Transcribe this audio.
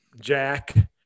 Jack